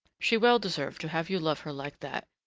she well deserved to have you love her like that,